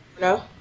No